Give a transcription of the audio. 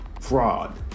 Fraud